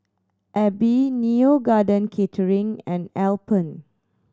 Aibi Neo Garden Catering and Alpen